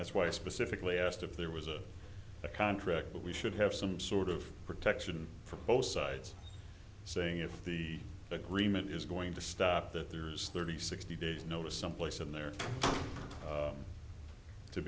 that's why i specifically asked if there was a contract that we should have some sort of protection for both sides saying if the agreement is going to stop that there is thirty sixty days notice someplace in there